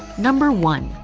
number one.